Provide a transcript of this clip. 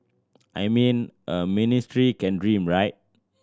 I mean a ministry can dream right